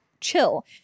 chill